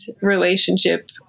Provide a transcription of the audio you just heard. relationship